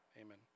amen